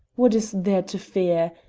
what is there to fear?